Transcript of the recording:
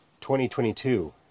2022